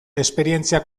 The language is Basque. esperientzia